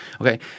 Okay